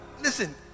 listen